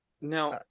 Now